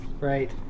right